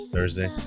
Thursday